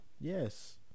Yes